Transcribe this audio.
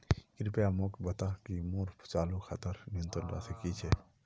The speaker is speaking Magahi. कृपया मोक बता कि मोर चालू खातार न्यूनतम राशि की छे